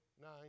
nine